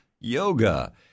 yoga